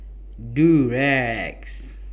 Durex